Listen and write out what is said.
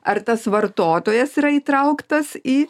ar tas vartotojas yra įtrauktas į